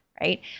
right